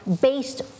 based